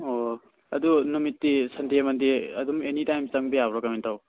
ꯑꯣ ꯑꯗꯨ ꯅꯨꯃꯤꯠꯇꯤ ꯁꯟꯗꯦ ꯃꯟꯗꯦ ꯑꯗꯨꯝ ꯑꯦꯅꯤ ꯇꯥꯏꯝ ꯆꯪꯕ ꯌꯥꯕ꯭ꯔꯣ ꯀꯃꯥꯏꯅ ꯇꯧꯕ